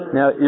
Now